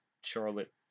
Charlotte